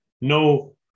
No